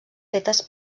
fetes